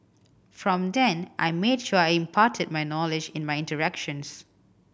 from then I made sure I imparted my knowledge in my interactions